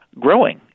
growing